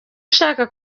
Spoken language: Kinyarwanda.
ushaka